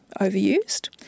overused